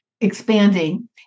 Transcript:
expanding